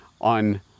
on